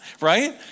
Right